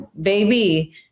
baby